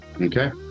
Okay